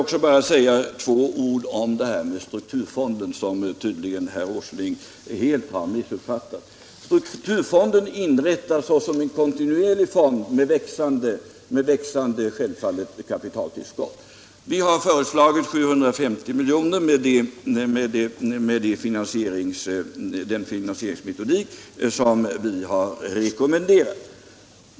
Låt mig bara säga några ord om strukturfonden, som herr Åsling tydligen helt har missuppfattat. Strukturfonden inrättas självfallet såsom en kontinuerlig fond med växande kapitaltillskott. Vi har föreslagit 750 miljoner med den finansieringsmetodik som vi har rekommenderat.